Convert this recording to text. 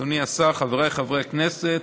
אדוני השר, חבריי חברי הכנסת,